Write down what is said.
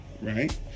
right